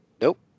Nope